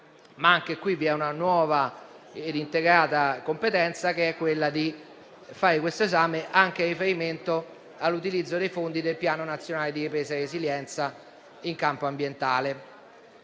Anche qui vi è una nuova ed integrata competenza, quella di fare questo esame anche in riferimento all'utilizzo dei fondi del Piano nazionale di ripresa e resilienza in campo ambientale.